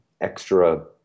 extra